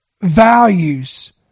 values